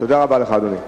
תודה רבה לך, אדוני.